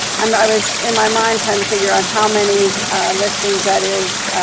i mean i was in my mind trying to figure out how many listings that is,